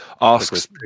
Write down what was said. asks